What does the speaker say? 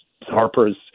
Harper's